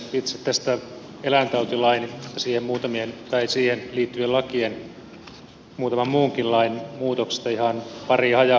eläintautilaista ja siihen liittyvien muutamien lakien muutoksesta ihan pari hajahuomiota